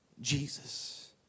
Jesus